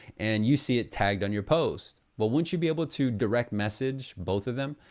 and you see it tagged on your post. but won't you be able to direct message both of them?